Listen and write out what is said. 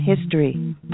history